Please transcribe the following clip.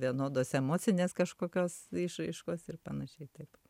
vienodos emocinės kažkokios išraiškos ir panašiai taip